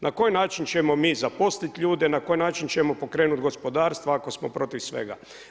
Na koji način ćemo mi zaposlit ljude, na koji način ćemo pokrenut gospodarstvo ako smo protiv svega.